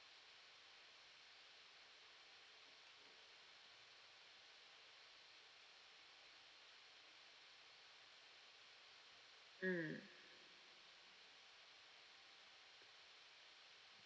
mm